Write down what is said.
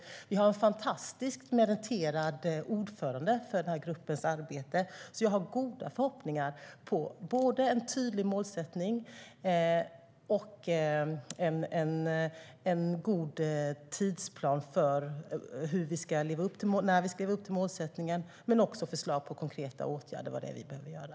Och vi har en fantastiskt meriterad ordförande för gruppens arbete. Jag har alltså goda förhoppningar om både en tydlig målsättning och en god tidsplan för hur vi ska leva upp till målsättningen. Vi har också förslag på konkreta åtgärder för vad vi behöver göra.